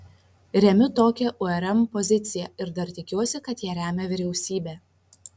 remiu tokią urm poziciją ir dar tikiuosi kad ją remia vyriausybė